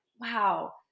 wow